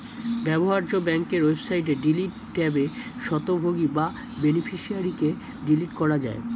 ব্যবহার্য ব্যাংকের ওয়েবসাইটে ডিলিট ট্যাবে স্বত্বভোগী বা বেনিফিশিয়ারিকে ডিলিট করা যায়